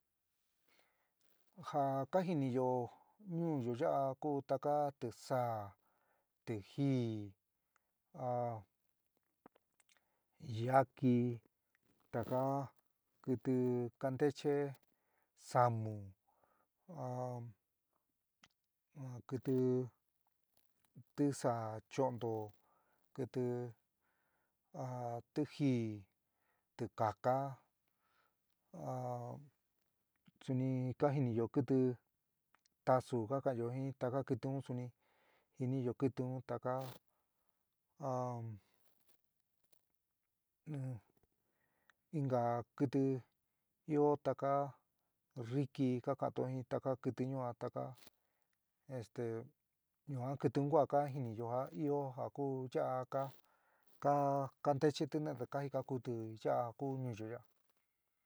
Ja kajiniyo ñúuyo yaá ku taka tisaá, tijɨɨ, a yaqui taka kɨtɨ ka nteche, samu a a kɨtɨ tisaa choonto, kiti a tijɨɨ, tikaká a suni ka jiniyo kɨtɨ tasúú ka ka'anyo jin taka kɨtɨ un suni jiniyo kɨtɨ un taka a inka kɨtɨ io taka ríki ka ka'antó jin taka kɨtɨ ñua taka, este ñua kɨtɨ un ka jiniyo ja ɨ´o ja ku ya'a ka ka kantechetɨ jina'atɨ kajikakútɨ ya'a ja ku ñuúyo ya'a.